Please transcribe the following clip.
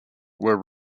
were